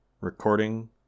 Recording